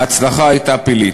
ההצלחה הייתה פלאית: